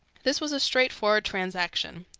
this was a straightforward transaction.